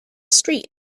street